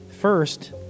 first